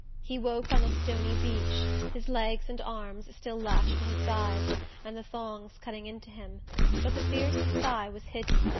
he woke on a stony beach, his legs and arms still lashed to his sides and the thongs cutting into him but the fierce sky was hidden,